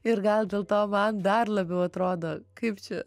ir gal dėl to man dar labiau atrodo kaip čia